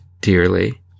dearly